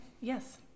Yes